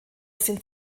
sind